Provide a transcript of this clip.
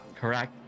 correct